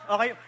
Okay